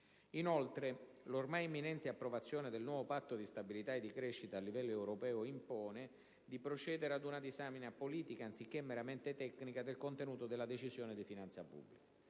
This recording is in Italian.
Inoltre, l'ormai imminente approvazione del nuovo Patto di stabilità e di crescita a livello europeo impone di procedere ad una disamina politica, anziché meramente tecnica, del contenuto della Decisione di finanza pubblica.